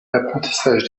l’apprentissage